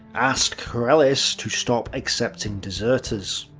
asked kurelis to stop accepting deserters.